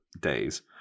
days